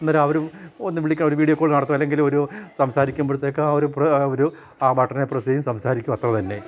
അവർ ഒന്ന് വിളിക്കുമ്പോൾ അവർ വീഡിയോ കോൾ നടത്തുകയോ അല്ലെങ്കിൽ ഒരു സംസാരിക്കുമ്പോഴത്തേക്ക് ആ ആ ഒരു ഒരു ആ ബട്ടണിൽ പ്രസ്സ് ചെയ്തു സംസാരിക്കും അത്ര തന്നെ